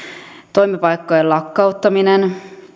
toimipaikkojen lakkauttaminen